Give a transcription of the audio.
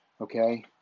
Okay